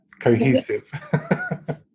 cohesive